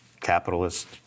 capitalist